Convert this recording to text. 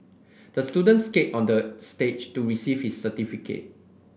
the student skated on the stage to receive his certificate